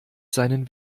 seinen